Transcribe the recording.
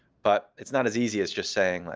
but it's not as easy as just saying, like,